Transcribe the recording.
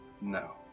no